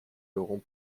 laurent